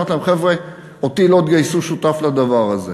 אמרתי להם: חבר'ה, אותי לא תגייסו שותף לדבר הזה.